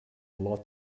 lot